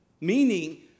meaning